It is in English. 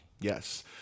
yes